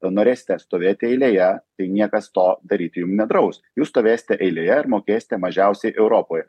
norėsite stovėti eilėje tai niekas to daryti jum nedraus jūs stovėsite eilėje ir mokėsite mažiausiai europoj